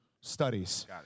studies